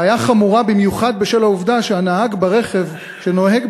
הבעיה חמורה במיוחד בשל העובדה שהנהג ברכב שנוהג